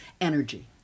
energy